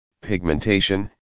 pigmentation